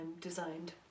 designed